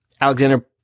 Alexander